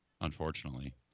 unfortunately